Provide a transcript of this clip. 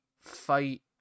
fight